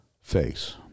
face